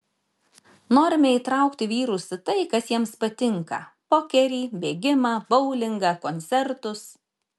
norime įtraukti vyrus į tai kas jiems patinka pokerį bėgimą boulingą koncertus